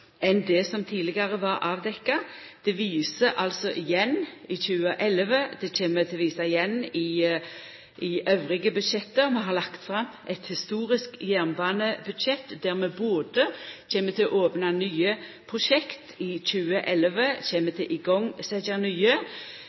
enn det som tidlegare var avdekt. Det viser altså igjen i 2011, det kjem til å visa igjen i dei andre budsjetta vi har lagt fram, eit historisk jernbanebudsjett der vi både kjem til å opna nye prosjekt i 2011, kjem til å setja i gong nye